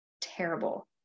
terrible